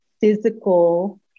physical